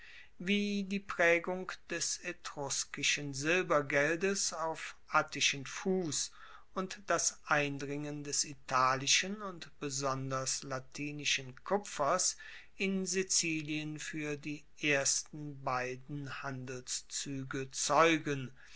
wie die praegung des etruskischen silbergeldes auf attischen fuss und das eindringen des italischen und besonders latinischen kupfers in sizilien fuer die ersten beiden handelszuege zeugen